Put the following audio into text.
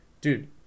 dude